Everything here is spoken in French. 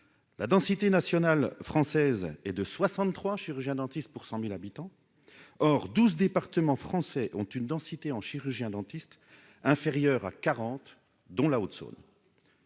la densité nationale française et de 63 chirurgiens dentiste pour 100000 habitants, or 12 départements français ont une densité en chirurgiens dentistes inférieur à quarante dont la Haute-Saône.